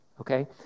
okay